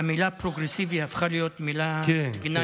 המילה "פרוגרסיבי" הפכה להיות מילת גנאי, שים לב.